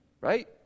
right